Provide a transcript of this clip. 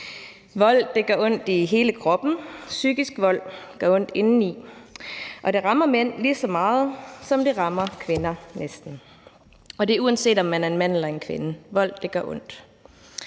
Vold gør ondt i hele kroppen. Psykisk vold gør ondt indeni. Og det rammer mænd, næsten lige så meget som det rammer kvinder. Uanset om man er en mand eller en kvinde, gør vold